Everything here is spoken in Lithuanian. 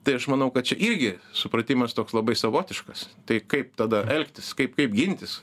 tai aš manau kad čia irgi supratimas toks labai savotiškas tai kaip tada elgtis kaip kaip gintis